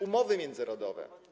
Umowy międzynarodowe.